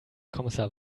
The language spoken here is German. kommissar